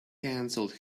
canceled